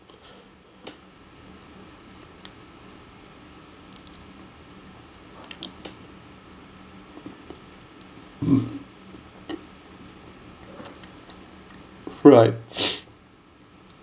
right